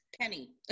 penny